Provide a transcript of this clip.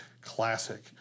classic